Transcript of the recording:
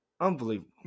Unbelievable